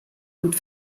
und